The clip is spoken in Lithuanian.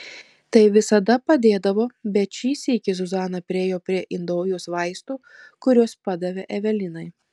tai visada padėdavo bet šį sykį zuzana priėjo prie indaujos vaistų kuriuos padavė evelinai